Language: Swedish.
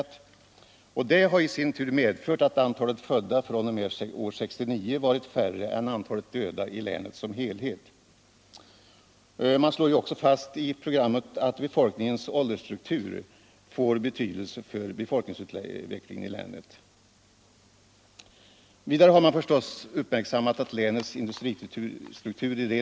Detta har i sin tur medfört 2 april 1976 att antalet födda fr.o.m. år 1969 varit lägre än antalet döda i länet som a helhet. Det slås också fast i programmet att befolkningens åldersswuktur — Teckning av aktier i får betydelse för befolkningsutvecklingen i länet. Statsföretag AB, Vidare har man förstås uppmärksammat att länets industristruktur i = mm.m.